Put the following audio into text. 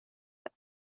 داد